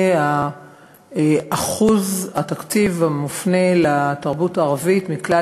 אחוז התקציב המופנה לתרבות הערבית מכלל